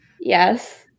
Yes